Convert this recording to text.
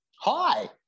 Hi